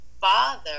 father